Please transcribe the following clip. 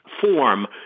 form